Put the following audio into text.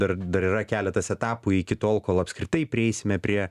dar dar yra keletas etapų iki tol kol apskritai prieisime prie